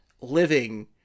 living